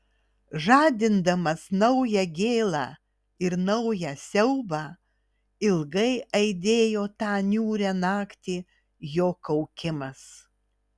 žadindamas naują gėlą ir naują siaubą ilgai aidėjo tą niūrią naktį jo kaukimas